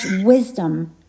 wisdom